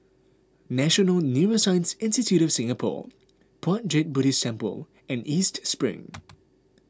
National Neuroscience Institute of Singapore Puat Jit Buddhist Temple and East Spring